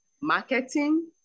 marketing